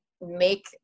make